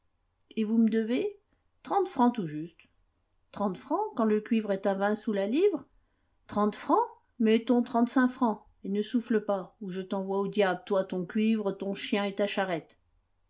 et vous me devez trente francs tout au juste trente francs quand le cuivre est à vingt sous la livre trente francs mettons trente-cinq francs et ne souffle pas ou je t'envoie au diable toi ton cuivre ton chien et ta charrette